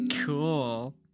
Cool